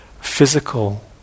physical